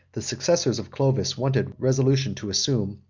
the successors of clovis wanted resolution to assume,